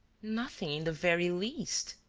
nothing in the very least,